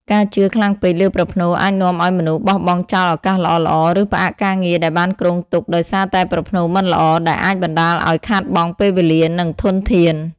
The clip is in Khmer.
ការជឿខ្លាំងពេកលើប្រផ្នូលអាចនាំឱ្យមនុស្សបោះបង់ចោលឱកាសល្អៗ ឬផ្អាកការងារដែលបានគ្រោងទុកដោយសារតែប្រផ្នូលមិនល្អ ដែលអាចបណ្តាលឱ្យខាតបង់ពេលវេលា និងធនធាន។